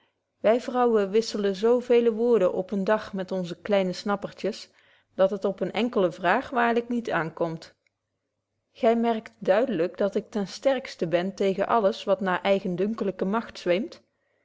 wy vrouwen wisselen zo veele woorden op eenen dag met onze kleine snappertjes dat het op een enkelde vraag waarlyk niet aankomt gy merkt duidelyk dat ik ten sterksten ben tegen alles wat naar eigendunkelyke macht